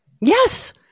Yes